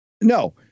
No